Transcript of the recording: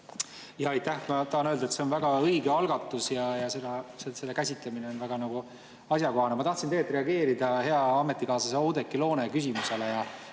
Aitäh! Ma tahan öelda, et see on väga õige algatus ja selle käsitlemine on väga asjakohane. Ma tahtsin reageerida hea ametikaaslase Oudekki Loone küsimusele.